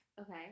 Okay